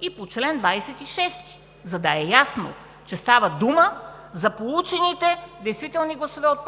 и по чл. 26“, за да е ясно, че става дума за получените действителни гласове от